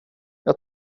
jag